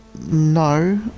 no